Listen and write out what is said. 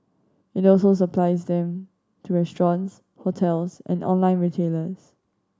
it also supplies them to restaurants hotels and online retailers